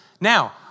Now